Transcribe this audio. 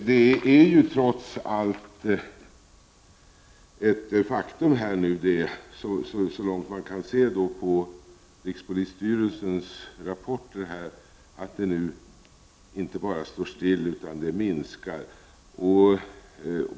Det är ju trots allt ett faktum, så långt man kan se av rikspolisstyrelsens rapporter, att det nu inte bara står still utan minskar.